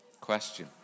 question